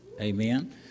Amen